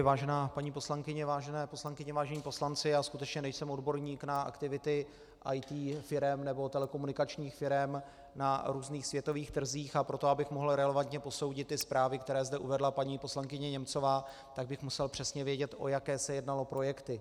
Vážená paní poslankyně, vážené poslankyně, vážení poslanci, skutečně nejsem odborník na aktivity IT firem nebo telekomunikačních firem na různých světových trzích a pro to, abych mohl relevantně posoudit ty zprávy, které zde uvedla paní poslankyně Němcová, musel bych přesně vědět, o jaké se jednalo projekty.